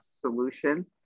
solution